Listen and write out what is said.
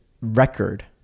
record